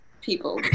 people